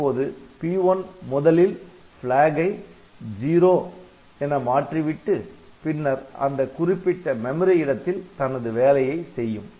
இப்போது P1 முதலில் Flag ஐ '0' மாற்றி விட்டு பின்னர் அந்த குறிப்பிட்ட மெமரி இடத்தில் தனது வேலையை செய்யும்